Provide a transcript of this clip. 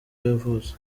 yavutse